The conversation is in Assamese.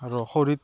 আৰু শৰীৰত